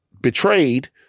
betrayed